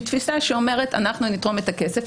תפיסה שאומרת: אנחנו נתרום את הכסף,